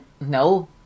no